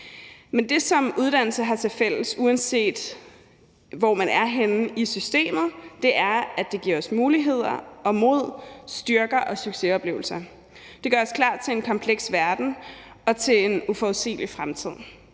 Men det, som uddannelser har til fælles, uanset hvorhenne i systemet man er, er, at det giver os muligheder og mod, styrker og succesoplevelser. Det gør os klar til en kompleks verden og til en uforudsigelig fremtid,